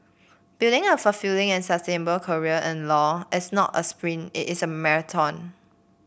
building a fulfilling and sustainable career in law is not a sprint it is a marathon